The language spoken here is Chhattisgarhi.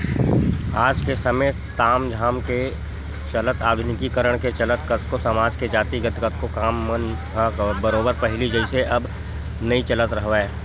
आज के समे ताम झाम के चलत आधुनिकीकरन के चलत कतको समाज के जातिगत कतको काम मन ह बरोबर पहिली जइसे अब नइ चलत हवय